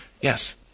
Yes